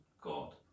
God